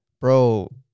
bro